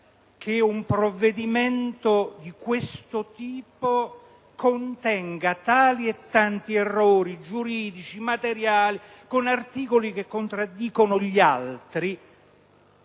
che un provvedimento di questo tipo contenga tali e tanti errori giuridici, materiali, articoli che ne contraddicono altri,